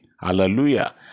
Hallelujah